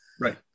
right